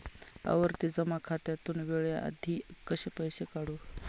आवर्ती जमा खात्यातून वेळेआधी कसे पैसे काढू?